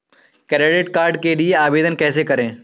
Credit card के लिए आवेदन कैसे करें?